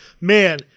man